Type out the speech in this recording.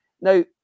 Now